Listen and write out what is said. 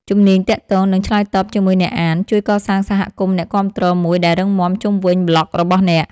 ជំនាញទាក់ទង និងឆ្លើយតបជាមួយអ្នកអាន ជួយកសាងសហគមន៍អ្នកគាំទ្រមួយដែលរឹងមាំជុំវិញប្លក់របស់អ្នក។